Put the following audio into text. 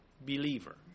believer